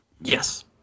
Yes